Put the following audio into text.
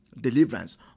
Deliverance